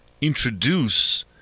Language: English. introduce